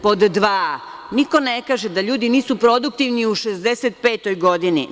Pod dva, niko ne kaže da ljudi nisu produktivni u 65 godini.